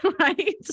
right